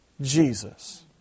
Jesus